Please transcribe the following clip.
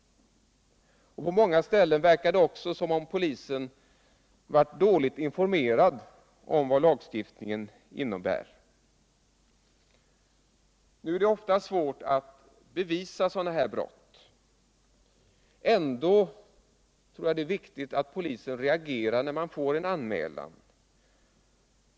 På många ställen verkar det också som om polisen varit dåligt informerad om vad lagstiftningen innebär. Ofta är det svårt att bevisa sådana här brott. Ändå är det viktigt att polisen reagerar när en anmälan kommer in.